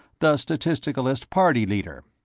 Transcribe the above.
the statisticalist party leader.